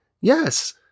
Yes